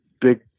big